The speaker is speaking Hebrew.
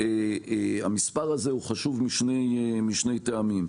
המספר הזה הוא חשוב משני טעמים: